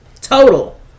total